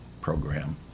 program